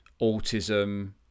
autism